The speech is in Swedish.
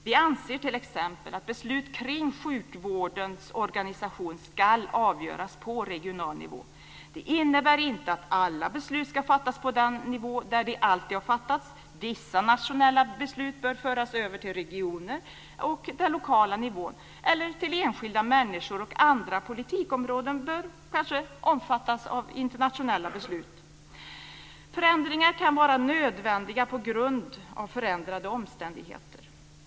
Vi anser t.ex. att beslut kring sjukvårdens organisation ska avgöras på regional nivå. Det innebär inte att alla beslut ska fattas på den nivå där de alltid har fattats. Vissa nationella beslut bör föras över till regioner och den lokala nivån eller till enskilda människor, och andra politikområden bör kanske omfattas av internationella beslut. Förändringar kan vara nödvändiga på grund av förändrade omständigheter.